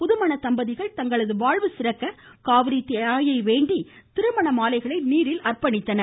புதுமண தம்பதிகள் தங்கள் வாழ்வு சிறக்க காவிரி தாயை வேண்டி திருமண மாலைகளை நீரில் அர்ப்பணித்தனர்